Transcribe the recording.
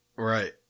Right